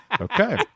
Okay